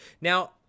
Now